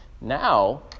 Now